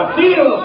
feel